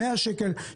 100 שקל,